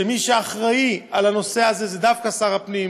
שמי שאחראי לנושא הזה הוא דווקא שר הפנים,